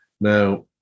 Now